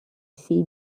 сей